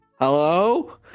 hello